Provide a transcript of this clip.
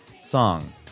song